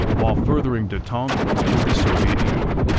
while furthering detente with the soviet union.